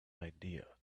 idea